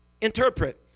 interpret